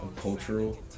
Cultural